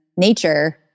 nature